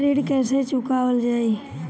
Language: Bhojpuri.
ऋण कैसे चुकावल जाई?